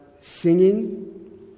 singing